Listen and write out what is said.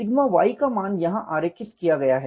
sigma y का मान यहां आरेखित किया गया है